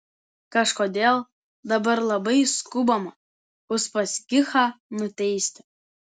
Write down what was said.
kažkodėl dabar labai skubama uspaskichą nuteisti